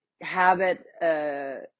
Habit